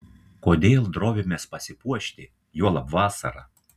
kodėl drovimės pasipuošti juolab vasarą